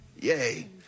Yay